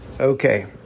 Okay